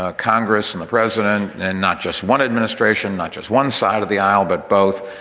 ah congress and the president and not just one administration, not just one side of the aisle, but both.